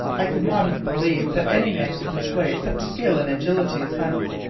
i could not have believed that any man could display such skill and agility as hunt's.